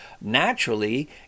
naturally